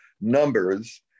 numbers